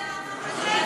מה לגבי,